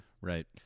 Right